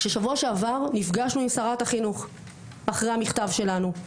בשבוע שעבר נפגשנו עם שרת החינוך אחרי המכתב שלנו.